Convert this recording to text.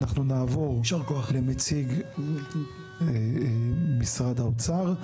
אנחנו נעבור לנציג משרד האוצר.